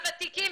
הוותיקים,